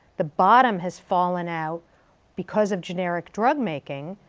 the bottom has fallen out because of generic drug making,